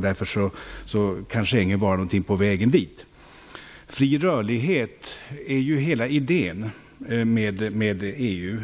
Därför kan Schengen vara någonting på vägen dit. Fri rörlighet är ju hela idén med EU.